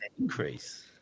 increase